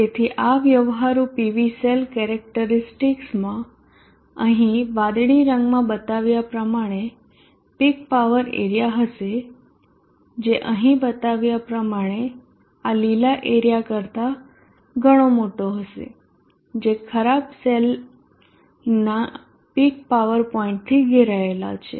તેથી આ વ્યવહારુ PV સેલ કેરેક્ટરીસ્ટિકસમાં અહીં વાદળી રંગમાં બતાવ્યા પ્રમાણે પીક પાવર એરીયા હશે જે અહીંના બતાવ્યા પ્રમાણે આ લીલા એરીયા કરતા ઘણા મોટો હશે જે ખરાબ સેલના પીક પાવર પોઇન્ટથી ઘેરાયેલા છે